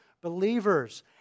believers